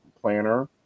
planner